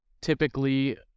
typically